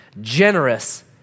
generous